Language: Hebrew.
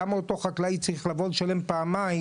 למה אותו חקלאי צריך לבוא ולשלם פעמיים,